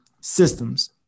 systems